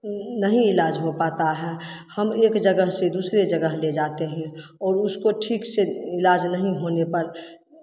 नहीं इलाज हो पाता है हम एक जगह से दूसरे जगह ले जाते हैं और उसको ठीक से इलाज नहीं होने पर